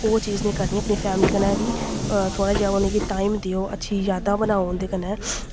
ओह् चीज़ निं करनी अपनी फैमली कन्नै बी थोह्ड़ा जेहा उ'नेंगी टाईम देओ अच्छी यादां बनाओ उं'दे कन्नै